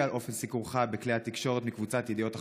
על אופן סיקורך בכלי התקשורת מקבוצת ידיעות אחרונות,